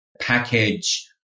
package